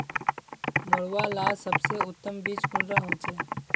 मरुआ लार सबसे उत्तम बीज कुंडा होचए?